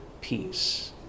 peace